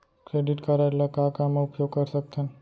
Credit card ला का का मा उपयोग कर सकथन?